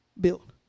built